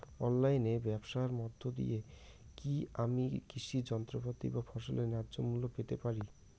অনলাইনে ব্যাবসার মধ্য দিয়ে কী আমি কৃষি যন্ত্রপাতি বা ফসলের ন্যায্য মূল্য পেতে পারি?